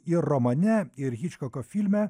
ir romane ir hičkoko filme